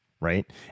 right